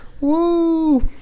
woo